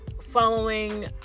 following